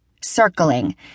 circling